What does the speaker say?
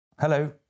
Hello